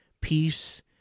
Peace